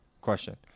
Question